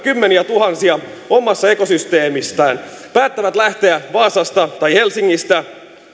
kymmeniätuhansia omassa ekosysteemissään päättävät lähteä vaasasta tai helsingistä